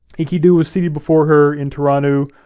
enkidu is seated before her in tirannu,